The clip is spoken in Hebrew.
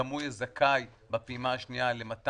גם הוא יהיה זכאי בפעימה השנייה למענק.